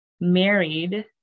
Married